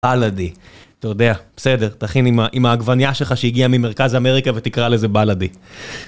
בלאדי, אתה יודע, בסדר, תכין עם העגבניה שלך שהגיעה ממרכז אמריקה ותקרא לזה בלאדי.